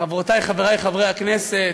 חברותי וחברי חברי הכנסת,